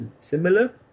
similar